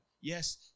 Yes